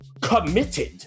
committed